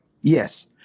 Yes